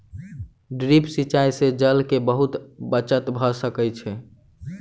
drip सिचाई से जल के बहुत बचत भ सकै छै